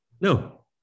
No